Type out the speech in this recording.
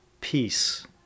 peace